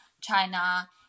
China